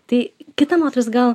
tai kita moteris gal